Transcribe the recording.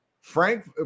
Frank